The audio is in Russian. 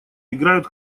играют